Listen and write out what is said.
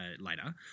later